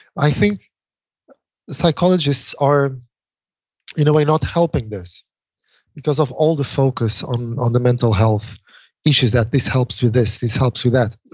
i think psychologists are in a way not helping this because of all the focus on on the mental issues that this helps through this, this helps through that.